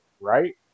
right